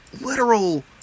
literal